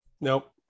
Nope